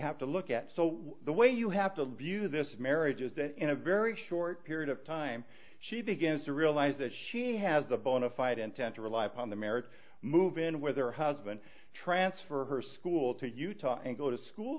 have to look at so the way you have to live you this marriage is that in a very short period of time she begins to realize that she has the bonafide intent to rely upon the marriage move in with her husband transfer her school to utah and go to school